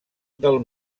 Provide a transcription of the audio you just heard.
del